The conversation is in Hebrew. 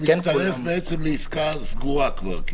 וכן כולם --- הוא בעצם מצטרף לעסקה סגורה כבר.